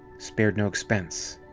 spared no expense.